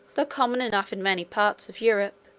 though common enough in many parts of europe,